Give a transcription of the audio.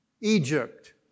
Egypt